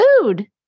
food